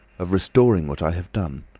of restoring what i have done.